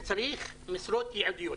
וצריך משרות ייעודיות.